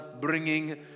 bringing